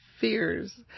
fears